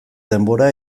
denbora